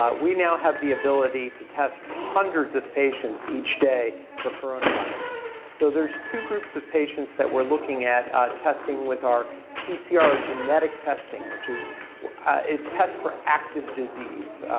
ah we now have the ability to test hundreds of patients each day for coronavirus so there's two groups of patients that we're looking at testing with our pcr genetic testing which is a test for active disease,